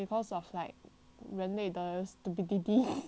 人类的 stupidity ya